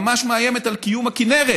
ממש מאיימת על קיום הכינרת,